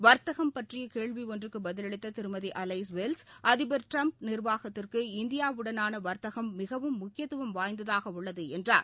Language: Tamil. வர்த்தகம் பற்றிய கேள்வி ஒன்றுக்கு பதிலளித்த திருமதி அலைஸ் வெல்ஸ் அதிபர் ட்டிரம்ப் நிர்வாகத்துக்கு இந்தியாவுடனான வாத்தகம் மிகவும் முக்கியத்துவம் வாய்ந்ததாக உள்ளது என்றார்